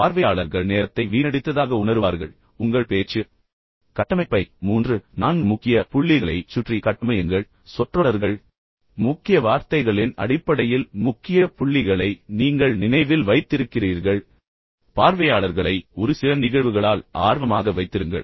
எனவே பார்வையாளர்கள் குறைந்தபட்சம் அவர்களில் சிலர் நேரத்தை வீணடித்ததாக உணருவார்கள் மேலும் உங்கள் பேச்சு கட்டமைப்பை எவ்வாறு கட்டமைக்கிறீர்கள் மூன்று அல்லது நான்கு முக்கிய புள்ளிகளைச் சுற்றி கட்டமையுங்கள் உண்மையில் சொற்றொடர்கள் அல்லது முக்கிய வார்த்தைகளின் அடிப்படையில் முக்கிய புள்ளிகளை நீங்கள் நினைவில் வைத்திருக்கிறீர்கள் மற்றும் பார்வையாளர்களை ஒரு சில நிகழ்வுகளால் ஆர்வமாக வைத்திருங்கள்